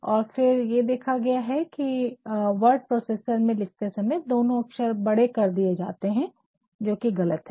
और फिर ये भी देखा गया है की वर्ड प्रोसेस में लिखते समय दोनों अक्षर बड़े कर दिए जाते है जो की गलत है